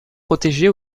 protégés